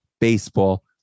Baseball